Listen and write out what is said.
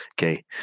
okay